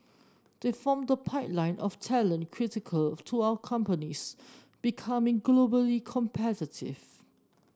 they form the pipeline of talent critical to our companies becoming globally competitive